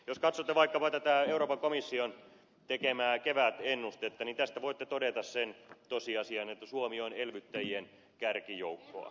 jos katsotte vaikkapa tätä euroopan komission tekemään kevätennustetta niin tästä voitte todeta sen tosiasian että suomi on elvyttäjien kärkijoukkoa